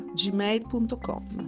gmail.com